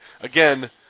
Again